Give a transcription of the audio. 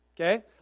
okay